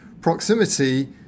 Proximity